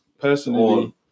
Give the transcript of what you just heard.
Personally